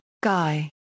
Guy